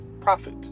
profit